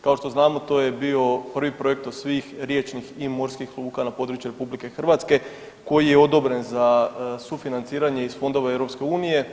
Kao što znamo to je bio prvi projekt od svih riječnih i morskih luka na području RH koji je odobren za sufinanciranje iz fondova EU.